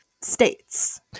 states